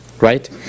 right